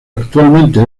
actualmente